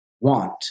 want